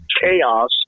chaos